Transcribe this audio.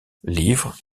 livres